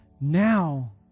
now